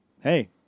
hey